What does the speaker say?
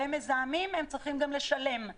והן צריכות גם לשלם.